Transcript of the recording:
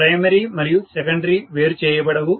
primary మరియు secondary వేరు చేయబడవు